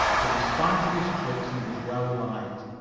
but in spite of his tricks he was well liked,